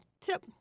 tip